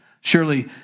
Surely